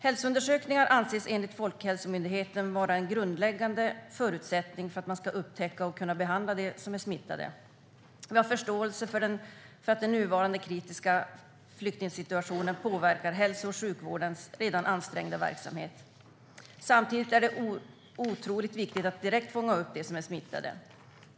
Hälsoundersökningar anses enligt Folkhälsomyndigheten vara en grundläggande förutsättning för att man ska upptäcka och kunna behandla dem som är smittade. Vi har förståelse för att den nuvarande kritiska flyktingsituationen påverkar hälso och sjukvårdens redan ansträngda verksamhet. Samtidigt är det otroligt viktigt att direkt fånga upp dem som är smittade.